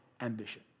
ambition